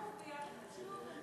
יאריכו שוב ויאריכו שוב.